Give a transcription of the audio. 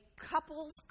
couples